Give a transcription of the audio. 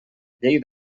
llei